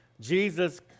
Jesus